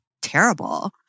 terrible